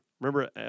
Remember